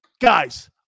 Guys